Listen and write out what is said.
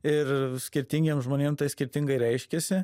ir skirtingiem žmonėm skirtingai reiškiesi